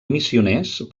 missioners